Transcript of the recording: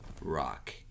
rock